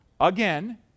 again